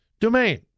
domain